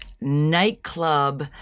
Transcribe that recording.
nightclub